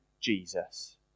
Jesus